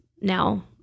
now